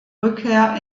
rückkehr